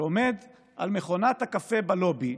שעומד על מכונת הקפה בלובי,